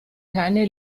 keine